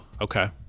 okay